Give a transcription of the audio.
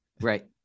right